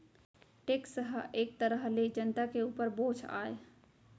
tax ह एक तरह ले जनता के उपर बोझ आय